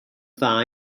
dda